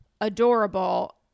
adorable